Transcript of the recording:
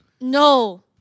No